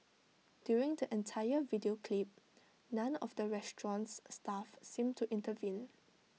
during the entire video clip none of the restaurant's staff seemed to intervene